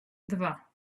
dwa